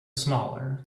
smaller